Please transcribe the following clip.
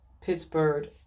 Pittsburgh